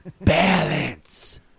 Balance